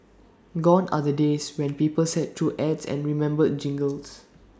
gone are the days when people sat through ads and remembered jingles